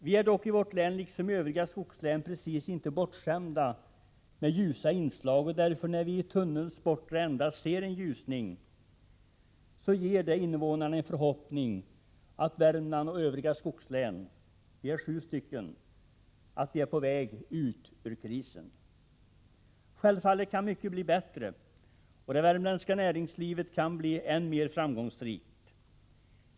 Vi är dock i vårt län, liksom i övriga skogslän, inte precis bortskämda med ljusa inslag, och när vi i tunnelns bortre ända nu ser en ljusning ger det därför invånarna en förhoppning att Värmland och övriga skogslän — de är sju till antalet — är på väg ut ur krisen. Självfallet kan mycket bli bättre, och det värmländska näringslivet kan bli än mer framgångsrikt.